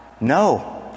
No